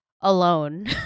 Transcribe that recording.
alone